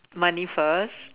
money first